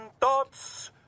thoughts